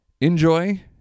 enjoy